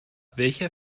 welcher